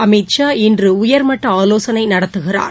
அமித்ஷா இன்று உயர்மட்ட ஆலோசனை நடத்துகிறார்